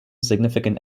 significant